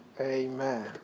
Amen